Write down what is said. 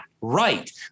right